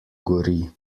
gori